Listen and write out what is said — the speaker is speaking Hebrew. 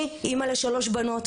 אני אמא לשלוש בנות,